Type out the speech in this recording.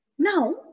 Now